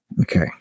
Okay